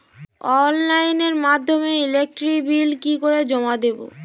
অনলাইনের মাধ্যমে electric bill কি করে জমা দেবো?